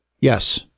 Yes